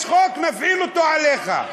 יש חוק, נפעיל אותו עליך.